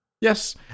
yes